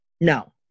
no